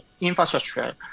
infrastructure